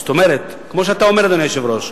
זאת אומרת, כמו שאתה אומר, אדוני היושב-ראש,